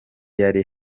yari